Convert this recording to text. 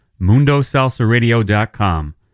MundoSalsaRadio.com